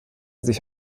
sich